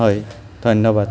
হয় ধন্যবাদ